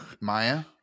Maya